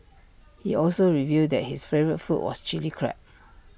he also revealed that his favourite food was Chilli Crab